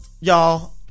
Y'all